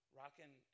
rocking